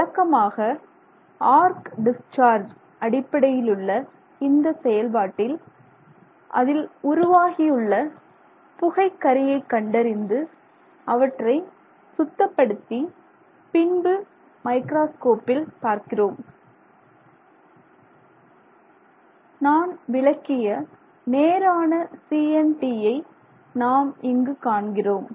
வழக்கமாக arc discharge அடிப்படையிலுள்ள இந்த செயல்பாட்டில் அதில் உருவாகியுள்ள புகைக்கரியை கண்டறிந்து அவற்றை சுத்தப்படுத்தி பின்பு மைக்ராஸ்கோப்பில் பார்க்கிறோம் நான் விளக்கிய நேரான CNT யை நாம் இங்கு காண்கிறோம்